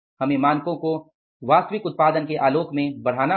हमें मानकों को वास्तविक उत्पादन के आलोक में बढ़ाना होगा